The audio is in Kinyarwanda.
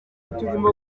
turimo